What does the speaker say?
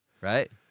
right